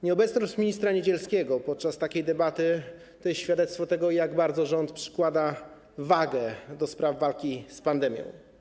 Nieobecność ministra Niedzielskiego podczas takiej debaty to jest świadectwo tego, jak bardzo rząd przykłada wagę do spraw walki z pandemią.